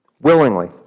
Willingly